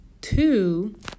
two